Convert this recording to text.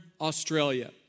Australia